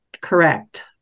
correct